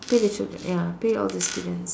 pay the children ya pay all the students